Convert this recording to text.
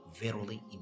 verily